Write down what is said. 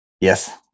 Yes